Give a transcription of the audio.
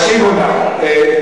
הקשיבו נא.